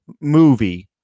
movie